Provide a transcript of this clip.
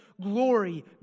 glory